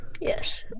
yes